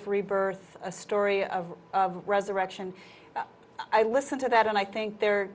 of rebirth a story of resurrection i listen to that and i think there